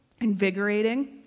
invigorating